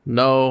no